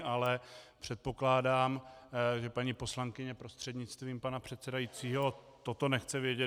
Ale předpokládám, že paní poslankyně prostřednictvím pana předsedajícího toto nechce vědět.